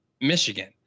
Michigan